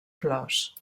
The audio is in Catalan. flors